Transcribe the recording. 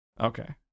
Okay